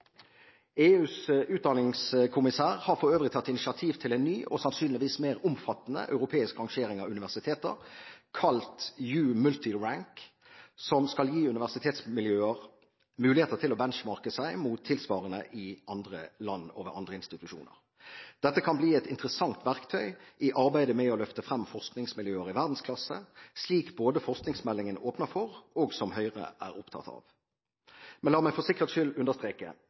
EUs utdanningskommisær har for øvrig tatt initiativ til en ny og sannsynligvis mer omfattende europeisk rangering av universiteter, kalt U-Multirank, som skal gi universitetsmiljøer mulighet til å «benchmarke» seg mot tilsvarende i andre land og ved andre institusjoner. Dette kan bli et interessant verktøy i arbeidet med å løfte frem forskningsmiljøer i verdensklasse, slik både forskningsmeldingen åpner for, og som Høyre er opptatt av. Men la meg for sikkerhets skyld understreke: